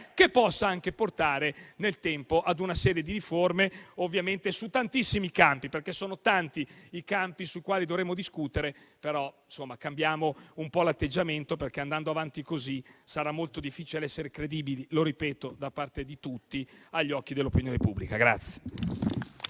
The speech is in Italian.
che possano anche portare nel tempo ad una serie di riforme, ovviamente su tantissimi campi, perché sono tanti i campi sui quali dovremo discutere. Però cambiamo un po' l'atteggiamento, perché andando avanti così sarà molto difficile da parte di tutti essere credibili - ripeto - agli occhi dell'opinione pubblica.